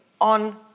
on